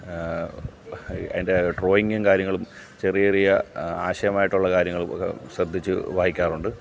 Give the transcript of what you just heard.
അതിൻ്റെ ഡ്രോയിങ്ങും കാര്യങ്ങളും ചെറിയ ചെറിയ ആശയമായിട്ടുള്ള കാര്യങ്ങൾ പോലും ശ്രദ്ധിച്ച് വായിക്കാറുണ്ട്